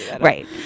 Right